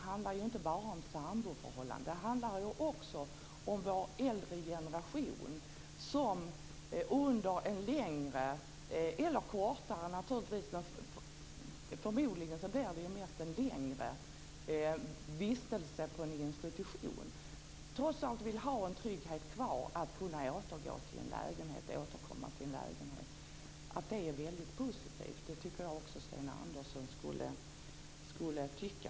Det handlar inte bara om samboförhållanden. Det handlar också om vår äldre generation, som under en längre eller kortare vistelse på en institution vill ha tryggheten att kunna återkomma till en lägenhet. Det är väldigt positivt. Det tycker jag också att Sten Andersson skulle tycka.